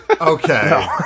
Okay